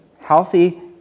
healthy